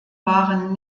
waren